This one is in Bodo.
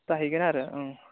जाहैगोन आरो